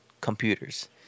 computers